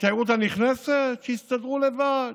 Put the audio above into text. התיירות הנכנסת, שיסתדרו לבד.